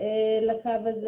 לקו הזה,